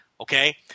Okay